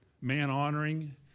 man-honoring